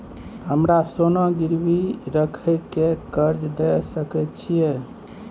हमरा सोना गिरवी रखय के कर्ज दै सकै छिए?